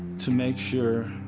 to make sure